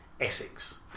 Essex